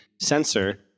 sensor